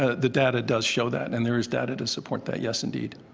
the data does show that, and there is data to support that, yes, indeed.